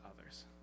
others